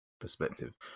perspective